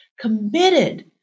committed